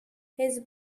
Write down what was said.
his